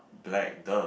black !duh!